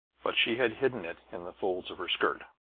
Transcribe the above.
but she had hidden it in the folds of her skirt.